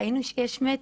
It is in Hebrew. ראינו שיש מתח,